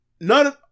None